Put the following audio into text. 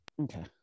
Okay